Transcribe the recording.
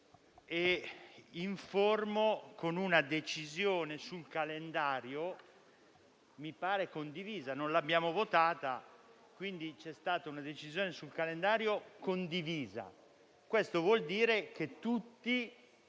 Capigruppo con una decisione sul calendario che mi pare condivisa: non l'abbiamo votata, quindi c'è stata una decisione sul calendario condivisa. Ciò vuol dire che tutti